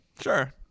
Sure